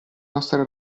nostre